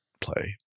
play